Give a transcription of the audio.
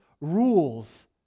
rules